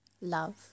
love